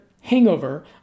hangover